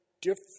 different